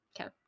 Okay